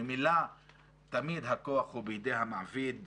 ממילא תמיד הכוח הוא בידי המעביד,